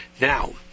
Now